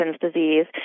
disease